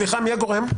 סליחה, מי הגורם?